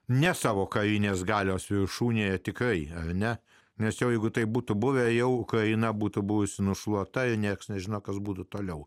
ne savo karinės galios viršūnėje etikai ar ne nes jeigu tai būtų buvę jau kaina būtų buvusi nušluota ir niekas nežino kas būtų toliau